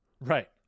Right